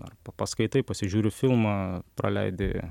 ar paskaitai pasižiūri filmą praleidi